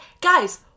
guys